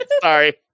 Sorry